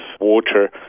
water